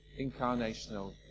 incarnational